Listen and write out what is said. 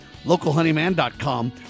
LocalHoneyMan.com